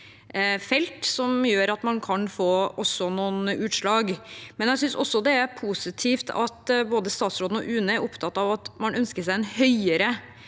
som gjør at man kan få noen utslag. Jeg synes også det er positivt at både statsråden og UNE er opptatt av at man ønsker seg en høyere